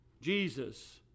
Jesus